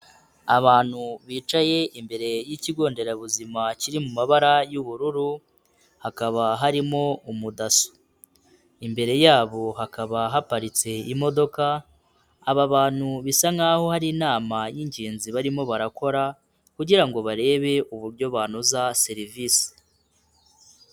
Abantu bicaye imbere y'Ikigo Nderabuzima kiri mu mabara y'ubururu, hakaba harimo umudaso. Imbere yabo hakaba haparitse imodoka, aba bantu bisa nkaho hari inama y'ingenzi barimo barakora, kugira ngo barebe uburyo banoza serivisi.